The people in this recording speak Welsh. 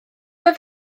oedd